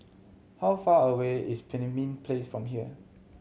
how far away is Pemimpin Place from here